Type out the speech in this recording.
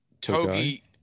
togi